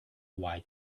quite